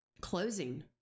closing